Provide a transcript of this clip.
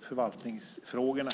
förvaltningsfrågorna.